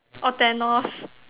orh Thanos